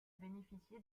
bénéficié